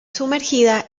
sumergida